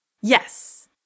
Yes